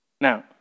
Now